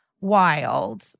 wild